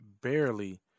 barely